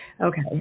Okay